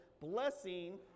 blessing